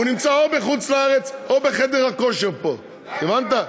הוא נמצא או בחוץ-לארץ או בחדר הכושר פה, הבנת?